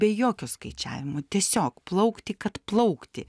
be jokio skaičiavimo tiesiog plaukti kad plaukti